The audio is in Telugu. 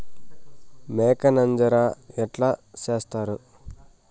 మేక నంజర ఎట్లా సేస్తారు?